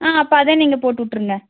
ஆ அப்போ அதே நீங்கள் போட்டு விட்ருங்க